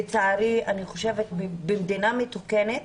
לצערי, במדינה מתוקנת